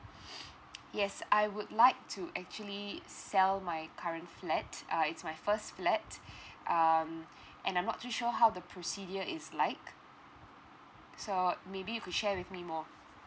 yes I would like to actually sell my current flat uh it's my first flat um and I'm not too sure how the procedure is like so maybe you could share with me more